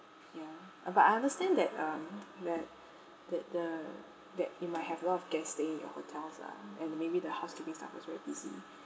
ya uh but I understand that um that that the that you might have lot of guests staying at your hotels lah and maybe the housekeeping staff was very busy